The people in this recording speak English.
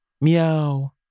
meow